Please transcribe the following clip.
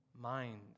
mind